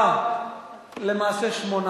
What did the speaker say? ההצעה להעביר את הצעת חוק רשות השידור (תיקון,